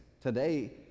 today